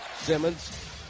Simmons